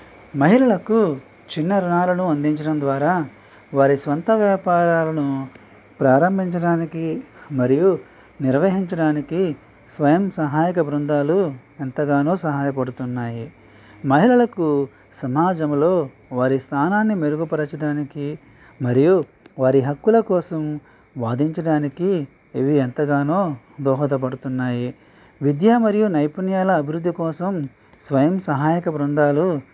మహిళలకు చిన్న రుణాలను అందించడం ద్వారా వారి సొంత వ్యాపారాలను ప్రారంభించడానికి మరియు నిర్వహించడానికి స్వయం సహాయక బృందాలు ఎంతగానో సహాయపడుతున్నాయి మహిళలకు సమాజంలో వారి స్థానాన్ని మెరుగుపరచడానికి మరియు వారి హక్కుల కోసం వాదించడానికి ఇవి ఎంతగానో దోహదపడుతున్నాయి విద్యా మరియు నైపుణ్యాల అభివృద్ధి కోసం స్వయం సహాయక బృందాలు